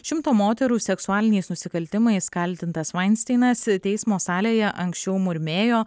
šimto moterų seksualiniais nusikaltimais kaltintas vainsteinas teismo salėje anksčiau murmėjo